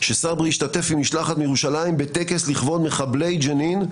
שסברי השתתף עם משלחת מירושלים בטקס לכבוד מחבלי ג'נין,